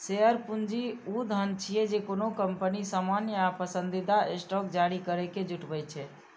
share पूंजी ऊ धन छियै, जे कोनो कंपनी सामान्य या पसंदीदा स्टॉक जारी करैके जुटबै छै